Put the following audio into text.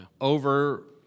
over